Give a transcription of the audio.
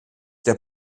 der